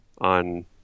on